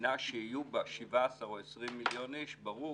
במדינה שיחיו בה 17 או 20 מיליון איש ברור